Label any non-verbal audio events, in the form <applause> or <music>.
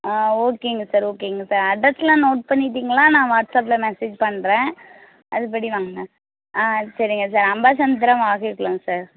ஆ ஓகேங்க சார் ஓகேங்க sir address எல்லாம் நோட் பண்ணிவிட்டிங்களா நான் வாட்ஸ்அப்பில் மெசேஜ் பண்ணுறேன் அதுபடி வாங்குங்க ஆ சரிங்க சார் அம்பாசமுத்திரம் <unintelligible> சார்